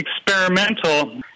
experimental